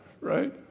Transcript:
right